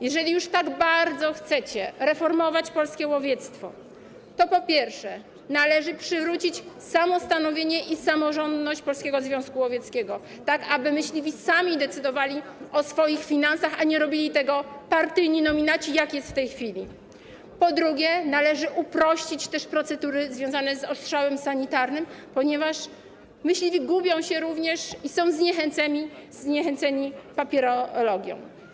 Jeżeli już tak bardzo chcecie reformować polskie łowiectwo, to po pierwsze, należy przywrócić samostanowienie i samorządność Polskiego Związku Łowieckiego, tak aby myśliwi sami decydowali o swoich finansach, a nie robili tego partyjni nominaci, jak jest w tej chwili, a po drugie, należy uprościć procedury związane z odstrzałem sanitarnym, ponieważ myśliwi gubią się i są zniechęceni papierologią.